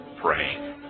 praying